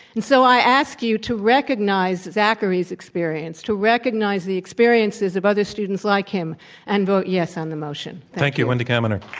and so i ask you to recognize zachary's experience, to recognize the experiences of other students like him and vote yes on the motion. thank you, wendy kaminer.